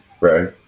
Right